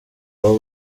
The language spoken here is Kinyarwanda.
aho